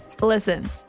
Listen